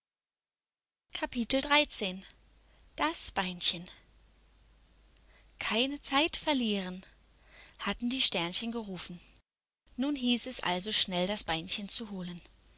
das beinchen keine zeit verlieren hatten die sternchen gerufen nun hieß es also schnell das beinchen zu holen